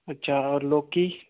अच्छा और लोकी